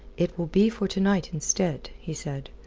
it will be for to-night instead, he said,